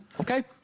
Okay